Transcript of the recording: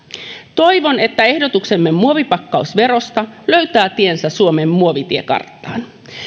toivon että ehdotuksemme muovipakkausverosta löytää tiensä suomen muovitiekarttaan